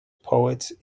poets